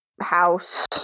house